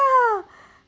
ya